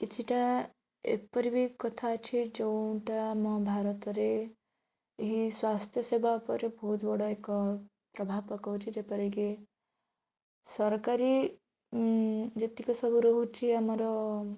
କିଛିଟା ଏପରି ବି କଥା ଅଛି ଯେଉଁଟା ଆମ ଭାରତରେ ଏହି ସ୍ୱାସ୍ଥ୍ୟ ସେବା ଉପରେ ବହୁତ ବଡ଼ ଏକ ପ୍ରଭାବ ପକାଉଛି ଯେପରିକି ସରକାରୀ ଯେତିକି ସବୁ ରହୁଛି ଆମର